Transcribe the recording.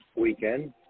weekend